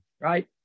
right